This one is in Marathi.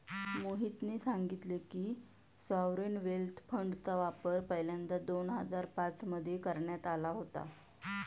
मोहितने सांगितले की, सॉवरेन वेल्थ फंडचा वापर पहिल्यांदा दोन हजार पाच मध्ये करण्यात आला होता